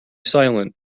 silent